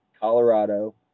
Colorado